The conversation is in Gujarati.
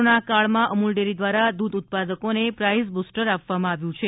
કોરોનાકાળમાં અમૂલ ડેરી દ્વારા દ્રધ ઉત્પાદકોને પ્રાઇસ બૂસ્ટર આપવામાં આવ્યું છે